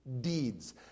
deeds